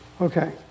Okay